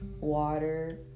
water